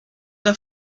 der